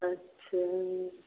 अच्छा